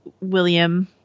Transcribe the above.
William